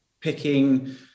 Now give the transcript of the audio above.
picking